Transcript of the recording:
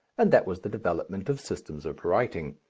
and that was the development of systems of writing.